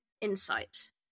insight